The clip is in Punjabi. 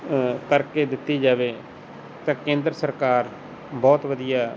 ਕਰਕੇ ਦਿੱਤੀ ਜਾਵੇ ਤਾਂ ਕੇਂਦਰ ਸਰਕਾਰ ਬਹੁਤ ਵਧੀਆ